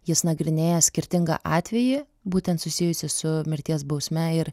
jis nagrinėja skirtingą atvejį būtent susijusį su mirties bausme ir